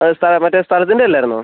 അതെ മറ്റേ സ്ഥലത്തിൻ്റെ അല്ലായിരുന്നോ